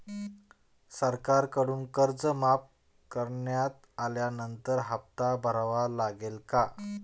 सरकारकडून कर्ज माफ करण्यात आल्यानंतर हप्ता भरावा लागेल का?